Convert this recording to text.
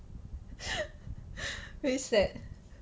very sad